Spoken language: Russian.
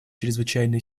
чрезвычайные